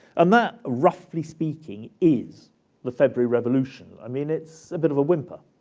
and that, roughly speaking, is the february revolution. i mean, it's a bit of a whimper.